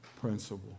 principle